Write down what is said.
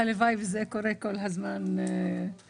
הלוואי וזה היה קורה כל הזמן, ינון.